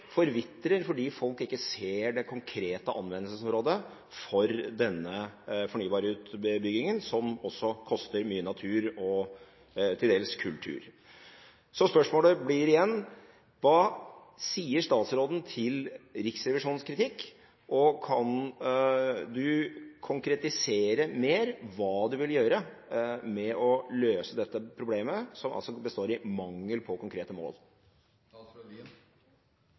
forvitrer fordi folk ikke ser det konkrete anvendelsesområdet for denne fornybarhetsutbyggingen, som også koster mye natur og til dels kultur. Så spørsmålet blir igjen: Hva sier statsråden til Riksrevisjonens kritikk, og kan du konkretisere mer hva du vil gjøre for å løse dette problemet, som altså består i mangel på konkrete